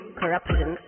corruption